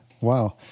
Wow